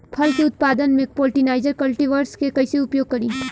फल के उत्पादन मे पॉलिनाइजर कल्टीवर्स के कइसे प्रयोग करी?